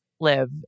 live